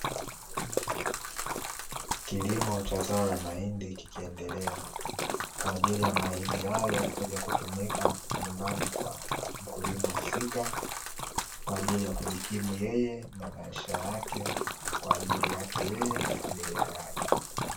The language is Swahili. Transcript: Kilimo cha zao la mahindi kikiendelea kwa ajili ya mahindi hayo kuja kutumika nyumbani kwa mkulima husika, kwa ajili ya kujikimu yeye na maisha yake na kwa ajili yake yeye na familia yake.